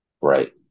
Right